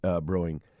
Brewing